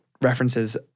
references